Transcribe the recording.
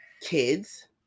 kids